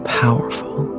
powerful